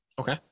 Okay